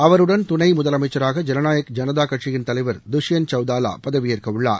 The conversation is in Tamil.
அவருடன் துணை முதலமைச்சராக ஜனநாயக் ஜனதா கட்சியின் தலைவர் துஷ்யந்த் கவுதாலா பதவியேற்கவுள்ளார்